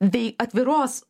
bei atviros